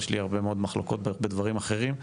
יש לי הרבה מאוד מחלוקות בדברים אחרים.